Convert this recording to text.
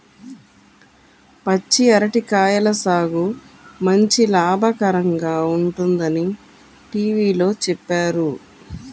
పచ్చి అరటి కాయల సాగు మంచి లాభకరంగా ఉంటుందని టీవీలో చెప్పారు